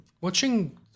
watching